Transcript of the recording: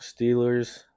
Steelers